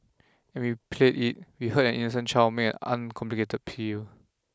and we played it we heard an innocent child make an uncomplicated peal